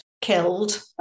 killed